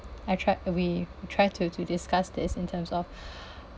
I tried we try to to discuss this in terms of